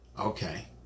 Okay